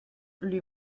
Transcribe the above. lui